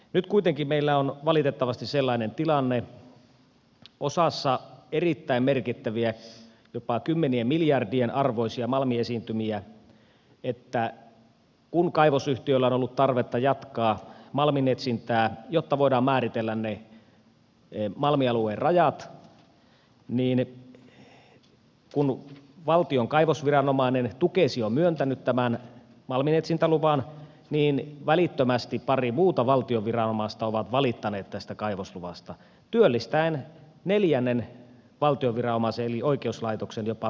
nyt kuitenkin meillä on valitettavasti sellainen tilanne osassa erittäin merkittäviä jopa kymmenien miljardien arvoisia malmiesiintymiä että kun kaivosyhtiöllä on ollut tarvetta jatkaa malminetsintää jotta voidaan määritellä ne malmialueen rajat ja kun valtion kaivosviranomainen tukes on myöntänyt tämän malminetsintäluvan niin välittömästi pari muuta valtion viranomaista on valittanut tästä kaivosluvasta työllistäen neljännen valtion viranomaisen eli oikeuslaitoksen jopa vuosiksi